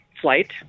flight